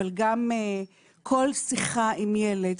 אבל גם כל שיחה עם ילד,